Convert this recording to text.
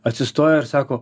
atsistoja ir sako